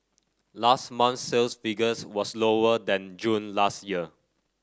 last month sales figures was lower than June last year